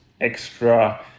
extra